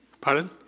Pardon